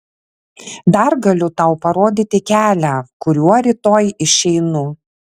dar galiu tau parodyti kelią kuriuo rytoj išeinu